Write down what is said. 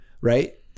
right